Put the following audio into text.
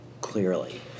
clearly